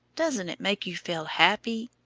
doesn't it make you feel happy?